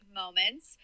moments